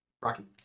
Rocky